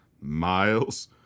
Miles